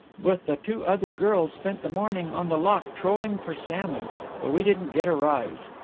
with the two other girls, spent the morning on the loch trolling for salmon but we didn't get a rise.